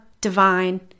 divine